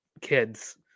kids